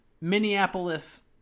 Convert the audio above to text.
Minneapolis